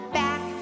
back